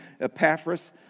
Epaphras